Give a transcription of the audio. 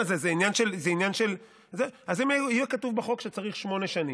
אז יהיה כתוב בחוק שצריך שמונה שנים.